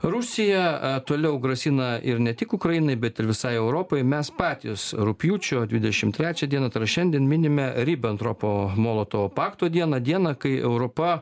rusija toliau grasina ir ne tik ukrainai bet ir visai europai mes patys rugpjūčio dvidešim trečia dieną tai yra šiandien minime ribentropo molotovo pakto dieną dieną kai europa